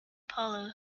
polo